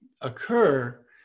occur